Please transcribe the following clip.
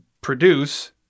produce